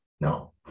No